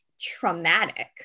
traumatic